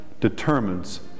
determines